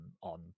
on